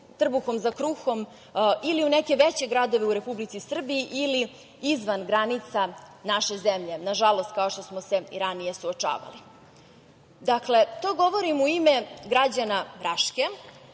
trbuhom za kruhom ili u neke veće gradove u Republici Srbiji ili izvan granica naše zemlje, nažalost, kao što smo se i ranije suočavali. Dakle, to govorim u ime građana Raške,